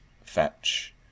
fetch